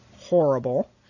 horrible